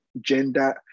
gender